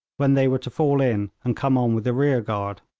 when they were to fall in and come on with the rear-guard.